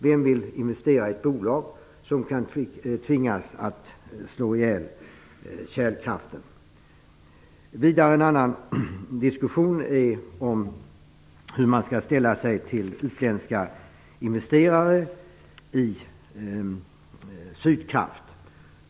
Vem vill investera i ett bolag som kan tvingas slå ihjäl kärnkraften? Vidare: Hur skall man ställa sig till utländska investerare i Sydkraft?